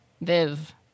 Viv